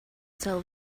tell